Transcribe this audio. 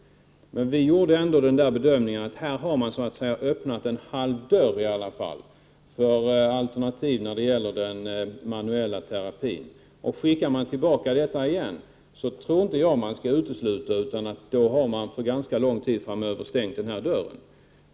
Men vi gjorde ändå bedömningen att det har öppnats åtminstone en halv dörr för alternativ när det gäller den manuella terapin. Om ärendet skickas tillbaka tror jag inte att man skall utesluta att man för ganska lång tid framöver har stängt denna dörr.